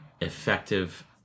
effective